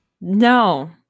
No